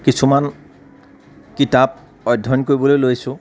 কিছুমান কিতাপ অধ্যয়ন কৰিবলৈ লৈছোঁ